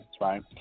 Right